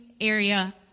area